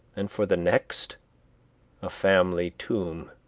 and for the next a family tomb.